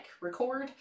Record